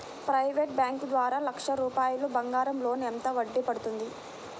Private bank ద్వారా లక్ష రూపాయలు బంగారం లోన్ ఎంత వడ్డీ పడుతుంది?